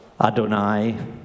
Adonai